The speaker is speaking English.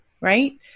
Right